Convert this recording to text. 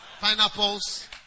pineapples